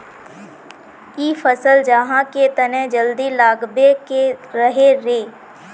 इ फसल आहाँ के तने जल्दी लागबे के रहे रे?